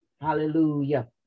Hallelujah